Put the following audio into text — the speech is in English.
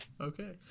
Okay